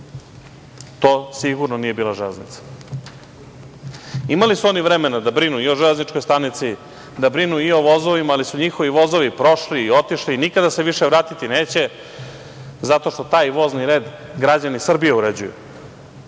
To sigurno nije bila železnica. Imali su oni vremena da brinu i o železničkoj stanici, da brinu i o vozovima, ali su njihovi vozovi prošli i otišli i nikada se više vratiti neće, zato što taj vozni red građani Srbije uređuju.